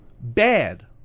bad